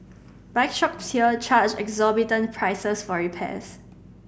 bike shops here charge exorbitant prices for repairs